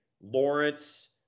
Lawrence